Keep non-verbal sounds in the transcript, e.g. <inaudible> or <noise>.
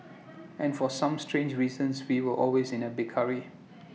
<noise> and for some strange reasons we were always in A big hurry